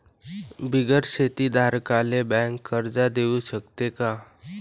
बिगर शेती धारकाले बँक कर्ज देऊ शकते का?